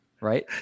Right